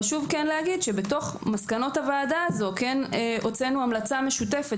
חשוב לומר שבתוך מסקנות הוועדה הזו הוצאנו המלצה משותפת